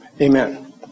Amen